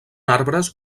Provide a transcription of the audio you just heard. arbres